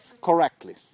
correctly